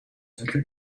солиотой